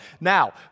Now